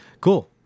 Cool